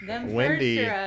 Wendy